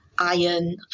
iron